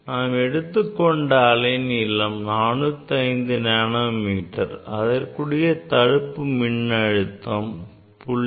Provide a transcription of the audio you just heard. நாம் எடுத்துக்கொண்ட அலைநீளம் 405 நானோமீட்டர் அதற்குரிய தடுப்பு மின்னழுத்தம் 0